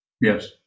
Yes